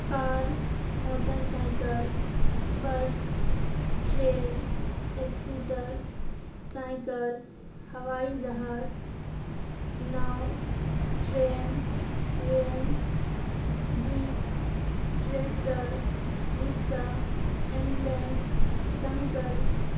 کار motorcycle bus train scooter cycle ہوائی جہاز ناؤ train van jeep tractor rickshaw ambulance دمکل